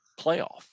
playoff